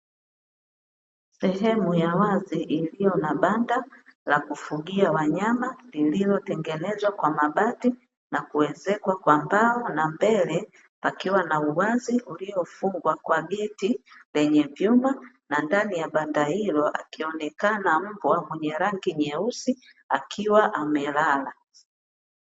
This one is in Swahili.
Sehemu ya wazi iliyo na banda la kufugia wanyama, lililotengenezwa kwa mabati na kuezekwa kwa mbao na mbele pakiwa na uwazi uliofungwa kwa geti lenye vyuma, na ndani akionekana mbwa mwenye rangi nyeusi akiwa amelala.